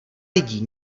lidí